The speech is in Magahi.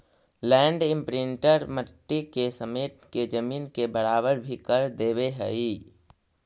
लैंड इम्प्रिंटर मट्टी के समेट के जमीन के बराबर भी कर देवऽ हई